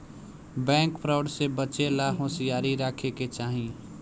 bank fraud से बचे ला होसियारी राखे के चाही